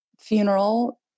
funeral